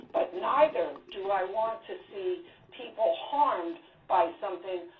but neither do i want to see people harmed by something.